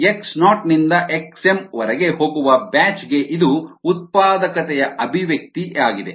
RbatchSiYxS1mln xmx0 x0 ನಿಂದ xm ವರೆಗೆ ಹೋಗುವ ಬ್ಯಾಚ್ ಗೆ ಇದು ಉತ್ಪಾದಕತೆಯ ಅಭಿವ್ಯಕ್ತಿ ಆಗಿದೆ